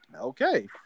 Okay